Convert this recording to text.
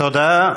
תודה.